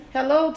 Hello